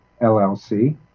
LLC